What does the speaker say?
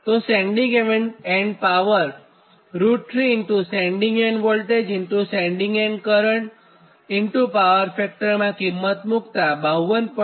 તો તો sending end power √3 ∗ sending end voltage sending end current power factor માં કિંમતો મુક્તા 52